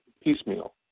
piecemeal